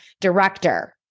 director